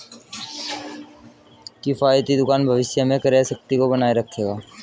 किफ़ायती दुकान भविष्य में क्रय शक्ति को बनाए रखेगा